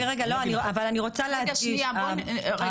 רגע, לא, אבל אני רוצה להדגיש רגע, שנייה.